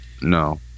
no